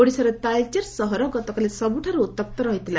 ଓଡ଼ିଶାର ତାଳଚେର ସହର ଗତକାଲି ସବୁଠାରୁ ଉତ୍ତପ୍ତ ରହିଥିଲା